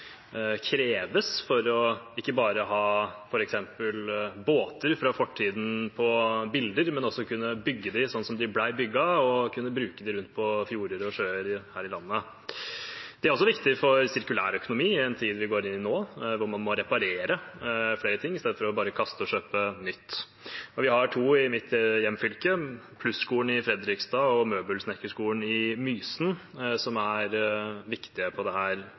kreves for ikke bare å ha f.eks. båter fra fortiden på bilder, men også å kunne bygge dem slik de ble bygd, og bruke dem rundt på fjorder og sjøer her i landet. Det er også viktig for sirkulærøkonomien i den tiden vi går inn i nå, der vi må reparere flere ting i stedet for bare å kaste og kjøpe nytt. Vi har to i mitt hjemfylke, Plus-skolen i Fredrikstad og Møbelsnekkerskolen i Mysen, som er viktige på